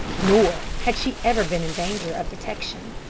nor had she ever been in danger of detection.